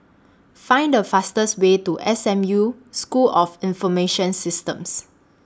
Find The fastest Way to S M U School of Information Systems